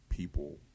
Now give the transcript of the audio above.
people